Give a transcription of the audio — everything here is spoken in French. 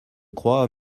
crois